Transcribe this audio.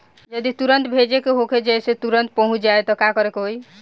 जदि तुरन्त भेजे के होखे जैसे तुरंत पहुँच जाए त का करे के होई?